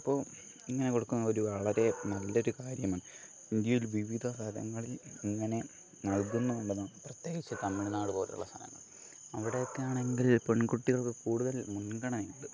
അപ്പോൾ ഇങ്ങനെ കൊടുക്കുന്നത് ഒരു വളരെ നല്ല ഒരു കാര്യമാണ് ഇന്ത്യയിൽ വിവിധ തലങ്ങളിൽ ഇങ്ങനെ നൽകുന്നു എന്നുള്ളതാണ് പ്രത്യേകിച്ച് തമിഴ്നാട് പോലുള്ള സ്ഥലങ്ങളിൽ അവിടെയൊക്കെ ആണെങ്കിൽ പെൺകുട്ടികൾക്ക് കൂടുതൽ മുൻഗണനയുണ്ട്